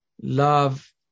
love